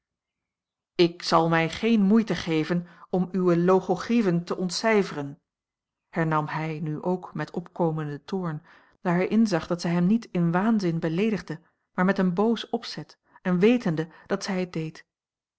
ik zal mij geene moeite geven om uwe logogryphen te ontcijferen hernam hij nu ook met opkomenden toorn daar hij inzag dat zij hem niet in waanzin beleedigde maar met een boos opzet en wetende dat zij het deed